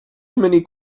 many